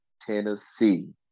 Tennessee